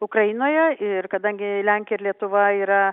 ukrainoje ir kadangi lenkija ir lietuva yra